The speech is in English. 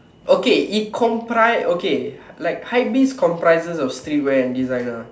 okay it comprise okay like hypebeast comprises of streetwear and designer